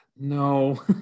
No